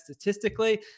statistically